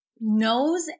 knows